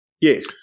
Yes